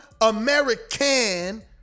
American